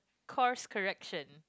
course correction